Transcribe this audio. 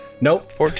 Nope